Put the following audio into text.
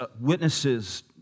witnesses